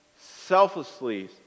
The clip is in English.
selflessly